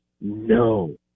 no